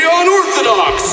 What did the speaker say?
unorthodox